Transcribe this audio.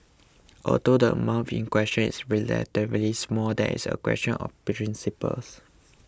although the amount in question is relatively small there is a question of principle